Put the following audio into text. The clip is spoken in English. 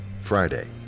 Friday